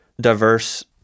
diverse